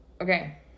okay